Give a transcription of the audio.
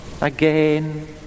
again